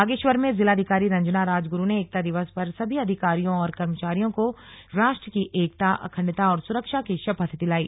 बागेश्वर में जिलाधिकारी रंजना राजगुरू ने एकता दिवस पर सभी अधिकारियों और कर्मचारियों को राष्ट्र की एकता अखण्डता और सुरक्षा की शपथ दिलाई